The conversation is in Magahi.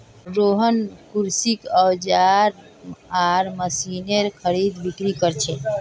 रोहन कृषि औजार आर मशीनेर खरीदबिक्री कर छे